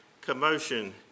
commotion